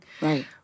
Right